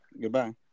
Goodbye